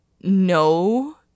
no